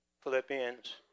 Philippians